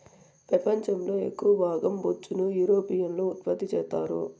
పెపంచం లో ఎక్కవ భాగం బొచ్చును యూరోపియన్లు ఉత్పత్తి చెత్తారు